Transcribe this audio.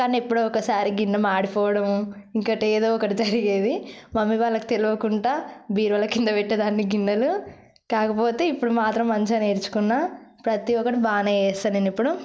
కాని ఎప్పుడో ఒకసారి గిన్నె మాడిపోవడం ఇంకా ఏదో ఒకటి జరిగేది మమ్మీ వాళ్ళకి తెలవకుండా బీరువాలో కింద పెట్టేదాన్ని గిన్నెలు కాకపోతే ఇప్పుడు మాత్రం మంచిగా నేర్చుకున్నా ప్రతీ ఒక్కటి బాగానే చేస్తా నేను ఇప్పుడు